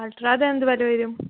ultra അത് എന്ത് വില വരും